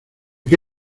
que